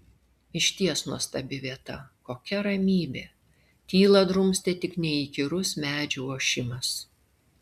išties nuostabi vieta kokia ramybė tylą drumstė tik neįkyrus medžių ošimas